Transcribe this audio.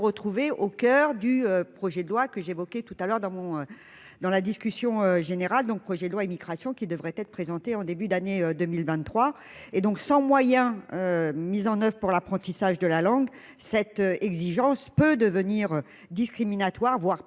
retrouver au coeur du projet de loi que j'évoquais tout à l'heure dans mon, dans la discussion générale donc, projet de loi immigration qui devrait être présenté en début d'année 2023 et donc sans moyens mis en oeuvre pour l'apprentissage de la langue, cette exigence peut devenir discriminatoire, voire